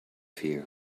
here